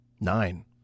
nine